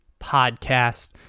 podcast